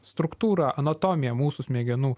struktūrą anatomiją mūsų smegenų